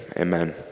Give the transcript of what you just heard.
amen